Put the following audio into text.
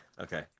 Okay